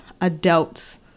adults